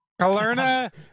Kalerna